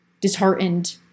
disheartened